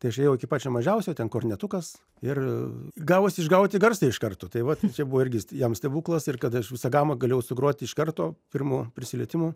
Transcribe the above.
tai aš ėjau iki pačio mažiausio ten kornetukas ir gavosi išgauti garsą iš karto tai vat čia buvo irgi jam stebuklas ir kad aš visą gamą galėjau sugroti iš karto pirmu prisilietimu